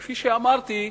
כפי שאמרתי,